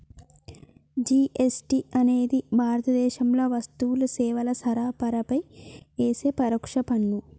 GST అనేది భారతదేశంలో వస్తువులు, సేవల సరఫరాపై యేసే పరోక్ష పన్ను